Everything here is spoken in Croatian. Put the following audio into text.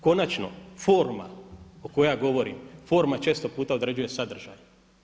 Konačno forma o kojoj ja govorim, forma često puta određuje sadržaj.